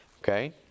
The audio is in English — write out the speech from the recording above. Okay